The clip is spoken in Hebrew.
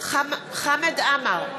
חמד עמאר,